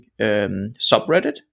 subreddit